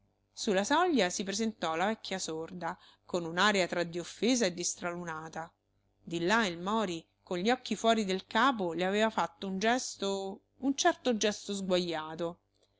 la soglia si presentò la vecchia sorda con un'aria tra di offesa e di stralunata di là il mori con gli occhi fuori del capo le aveva fatto un gesto un certo gesto